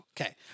Okay